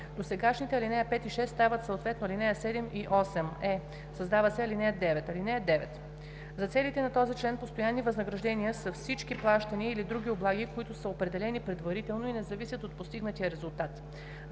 д)досегашните ал. 5 и 6 стават съответно ал. 7 и 8; е)създава се ал. 9: „(9) За целите на този член постоянни възнаграждения са всички плащания или други облаги, които са определени предварително и не зависят от постигнатия резултат.